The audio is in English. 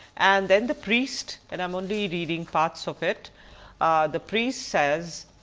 and then the priest and i am only reading parts of it the priest says,